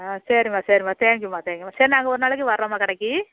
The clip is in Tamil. ஆ சரிம்மா சரிம்மா தேங்க் யூம்மா தேங்க் யூம்மா சரி நாங்கள் ஒரு நாளைக்கு வரோம்மா கடைக்கு